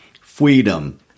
freedom